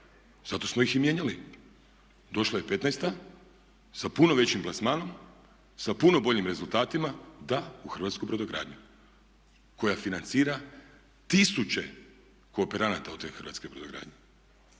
zato smo ih i mijenjali. Došla je petnaesta sa puno većim plasmanom, sa puno boljim rezultatima, da u hrvatsku brodogradnju koja financira tisuće kooperanata u te hrvatske brodogradnje